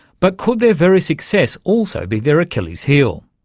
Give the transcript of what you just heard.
but could their very success also be their achilles heel?